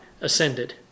ascended